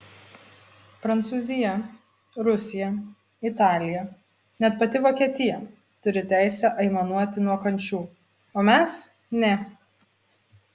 prancūzija rusija italija net pati vokietija turi teisę aimanuoti nuo kančių o mes ne